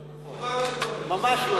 חבר הכנסת גפני, זה ממש לא נכון.